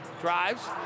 Drives